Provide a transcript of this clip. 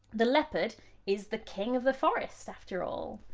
the leopard is the king of the forest, after all!